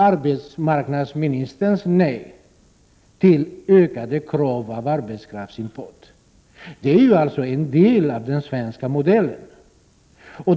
Arbetsmarknadsministerns nej till ökade krav på arbetskraftsimport utgör ju en del av den svenska modellen.